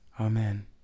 amen